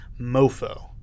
mofo